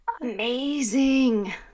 Amazing